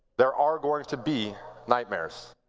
there are going to be nightmares.